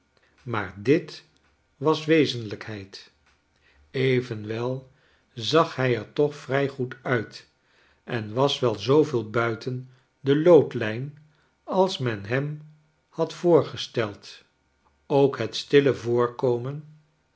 maar dit was wezenlijkheid evenwel zag hij er toch vrij goed uit en was wel zooveel buiten de loodlijn als men hem had voorgesteld ook het stille voorkomen